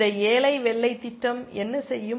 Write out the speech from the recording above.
இந்த ஏழை வெள்ளை திட்டம் என்ன செய்யும்